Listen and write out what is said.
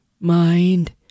Mind